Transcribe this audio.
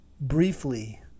briefly